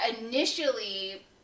initially